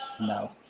No